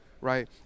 Right